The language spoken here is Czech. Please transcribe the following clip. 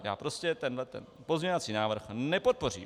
Já prostě tenhle pozměňovací návrh nepodpořím.